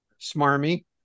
smarmy